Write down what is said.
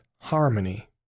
harmony